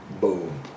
Boom